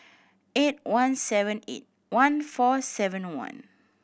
eight one seven eight one four seven one